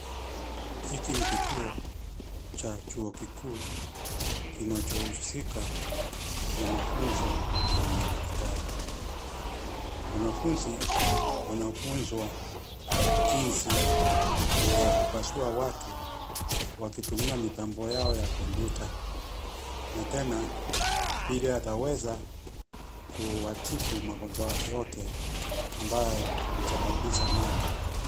Hiki ni kituo, cha chuo kikuu, kinachohusika, na mafunzo, ya madaktari. Wanafunzi, wanafunzwa, jinsi ya kupasua watu, wakitumia mitambo yao ya kompyuta, na tena, vile ataweza, kuwatibu magonjwa yote, ambayo, husababisha maafa.